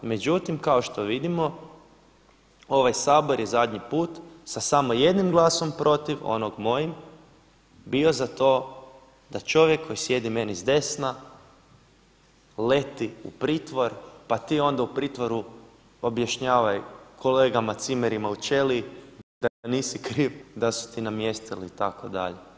Međutim, kao što vidimo, ovaj Sabor je zadnji put sa samo jednim glasom protiv, onog mojim, bio za to da čovjek koji sjedi meni s desna leti u pritvor, pa ti onda u pritvoru objašnjavaj kolegama cimerima u ćeliji da nisi kriv, da su ti namjestili itd.